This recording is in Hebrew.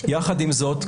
יחד עם זאת,